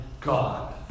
God